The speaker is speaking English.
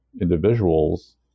individuals